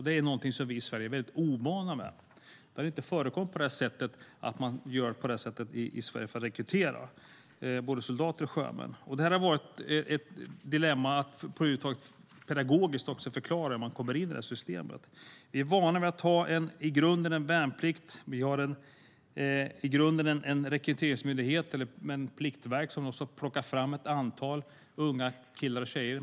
Det är någonting som vi i Sverige är väldigt ovana vid. Det har inte förekommit att man gör på det sättet i Sverige för att rekrytera vare sig soldater eller sjömän. Det har också pedagogiskt varit ett dilemma att förklara hur man kommer in i det här systemet. Vi är vana vid att i grunden ha en värnplikt. Vi har i grunden en rekryteringsmyndighet, ett pliktverk, som plockar fram ett antal unga killar och tjejer.